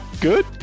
good